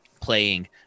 playing